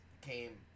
came